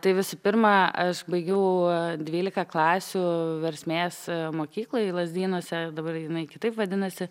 tai visų pirma aš baigiau dvylika klasių versmės mokykloj lazdynuose dabar jinai kitaip vadinasi